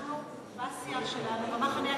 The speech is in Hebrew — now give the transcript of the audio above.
אנחנו בסיעה שלנו, במחנה הציוני,